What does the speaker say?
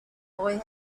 boy